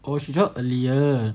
oh she join earlier